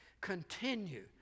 continue